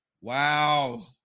wow